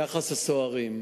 יחס הסוהרים,